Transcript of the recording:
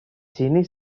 sini